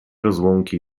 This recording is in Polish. rozłąki